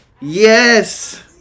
Yes